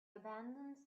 abandons